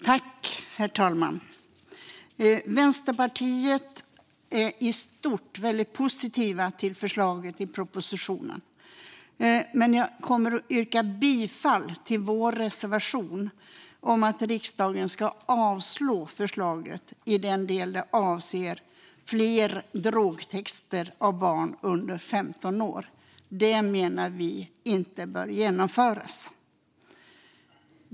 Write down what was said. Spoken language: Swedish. Herr talman! Vänsterpartiet är i stort väldigt positivt till förslaget i propositionen. Jag vill dock yrka bifall till vår reservation om att riksdagen ska avslå förslaget i den del det avser fler drogtester av barn under 15 år. Det menar vi inte bör genomföras.